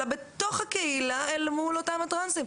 אלא בתוך הקהילה אל מול אותם הטרנסים.